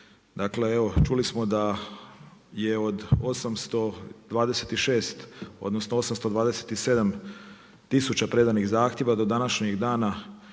Dakle evo čuli smo da je od 826 odnosno 827000 predanih zahtjeva do današnjeg dana